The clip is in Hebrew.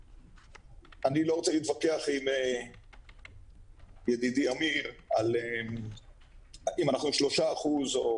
אני לא רוצה להתווכח עם ידידי אמיר על אם אנחנו 3% או